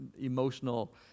emotional